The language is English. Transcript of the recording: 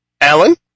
Alan